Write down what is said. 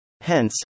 Hence